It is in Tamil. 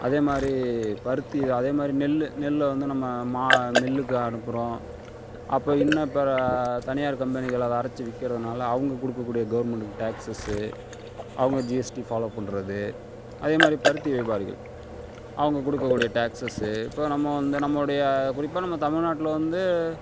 அதேமாதிரி பருத்தி அதேமாதிரி நெல் நெல்லை வந்து நம்ம நெல்லுக்கு அனுப்புறோம் அப்போ இன்னும் அப்போ தனியார் கம்பெனிகளே அரைத்து விக்கிறதுனால அவங்க கொடுக்கக்கூடிய கவர்மெண்ட்க்கு டேக்ஸஸு அவங்க ஜிஎஸ்டி ஃபாலோ பண்ணுறது அதேமாதிரி பருத்தி வியாபாரிகள் அவங்க கொடுக்க கூடிய டாக்ஸஸு இப்போது நம்ம வந்து நம்மளுடைய குறிப்பாக நம்ம தமிழ்நாட்டில் வந்து